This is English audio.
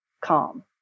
calm